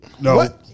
No